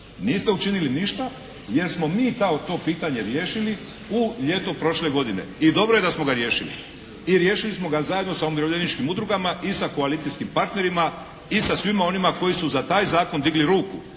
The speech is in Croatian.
Niste učinili ništa jer smo mi kao to pitanje riješili u ljeto prošle godine, i dobro je da smo ga riješili i riješili smo ga zajedno sa umirovljeničkim udrugama i sa koalicijskim partnerima i sa svima onima koji su za taj zakon digli ruku.